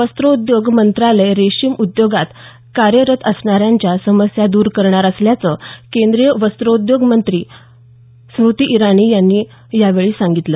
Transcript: वस्रोद्योग मंत्रालय रेशीम उद्योगात कार्यरत असणाऱ्यांच्या समस्या दूर करणार असल्याचं केंद्रीय वस्त्रोद्योग मंत्री स्मुती इराणी यांनी यावेळी सांगितलं